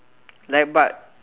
like but